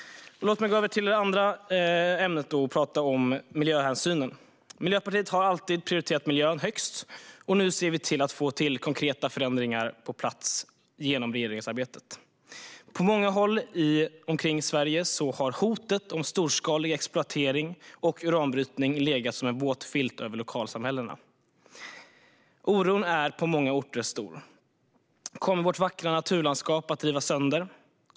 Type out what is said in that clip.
Låt mig gå över till ett annat ämne och tala om miljöhänsynen. Miljöpartiet har alltid prioriterat miljön högst, och nu ser vi genom regeringsarbetet till att få konkreta förändringar på plats. På många håll i Sverige har hotet om storskalig exploatering och uranbrytning legat som en våt filt över lokalsamhällena. Oron är på många orter stor. Kommer vårt vackra naturlandskap att rivas sönder?